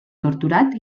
torturat